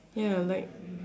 ya like